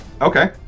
Okay